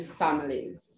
families